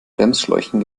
bremsschläuchen